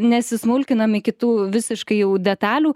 nesismulkinam kitų visiškai jau detalių